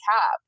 CAP